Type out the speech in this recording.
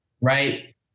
right